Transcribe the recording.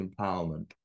empowerment